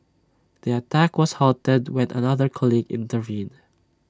the attack was halted when another colleague intervened